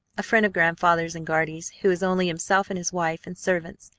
a friend of grandfather's and guardy's, who has only himself and his wife and servants,